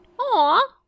Aw